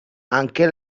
anche